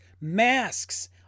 masks